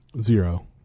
Zero